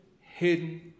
hidden